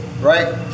Right